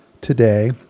today